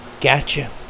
gotcha